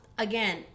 again